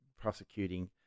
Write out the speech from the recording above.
prosecuting